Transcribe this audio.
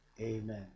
Amen